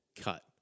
cut